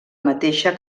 mateixa